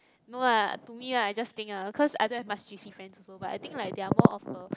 no lah to me lah I just think lah cause I don't have much J_C also but I think like they are more of a